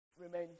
remain